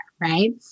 Right